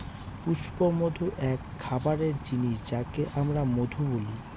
পুষ্পমধু এক খাবারের জিনিস যাকে আমরা মধু বলি